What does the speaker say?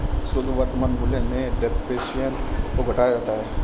शुद्ध वर्तमान मूल्य में डेप्रिसिएशन को घटाया जाता है